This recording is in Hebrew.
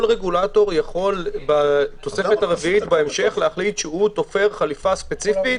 כל רגולטור יכול בתוספת הרביעית בהמשך להחליט שהוא תופר חליפה ספציפית,